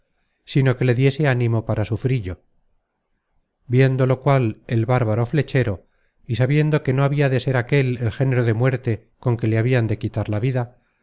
sino que le diese ánimo para sufrillo viendo lo cual el bárbaro flechero y sabiendo que no habia de ser aquel el género de muerte con que le habian de quitar la vida